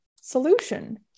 solution